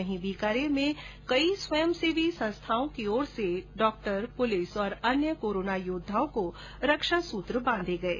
वहीं बीकानेर में कई स्वयंसेवी संस्थानों की ओर से डॉक्टर पुलिस और अन्य कोरोना योद्दाओं को रक्षासूत्र बांधे गये